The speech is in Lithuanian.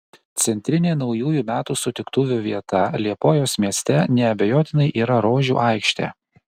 centrinė naujųjų metų sutiktuvių vieta liepojos mieste neabejotinai yra rožių aikštė